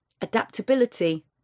Adaptability